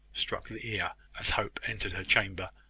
struck the ear as hope entered her chamber,